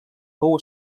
fou